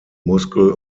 muskel